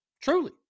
truly